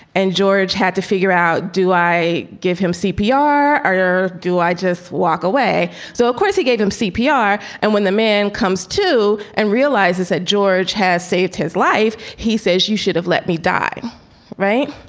and george had to figure out, do i give him cpr or do i just walk away? so, of course, he gave him cpr. and when the man comes to and realizes that george has saved his life, he says you should have let me die right.